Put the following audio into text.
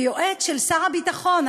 ויועץ של שר הביטחון,